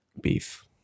beef